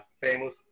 famous